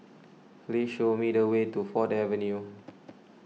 please show me the way to Ford Avenue